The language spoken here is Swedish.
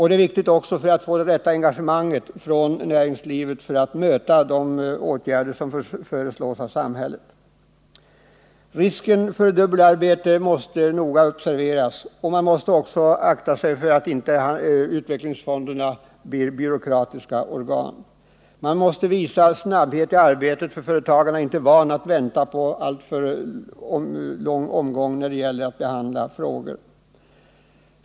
Det är viktigt också för att få det rätta engagemanget från näringslivet när det gäller att möta de åtgärder som föreslås av samhället. Riskerna för dubbelarbete måste noga observeras, och man måste även akta sig så att inte utvecklingsfonderna blir byråkratiska organ. Man måste visa snabbhet i arbetet. Företagarna är inte vana att vänta på en alltför lång omgång när det gäller att behandla frågor.